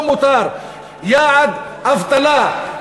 יעד אבטלה,